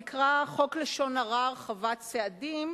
שנקרא חוק איסור לשון הרע (הרחבת סעדים).